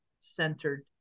centered